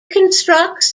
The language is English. constructs